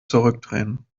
zurückdrehen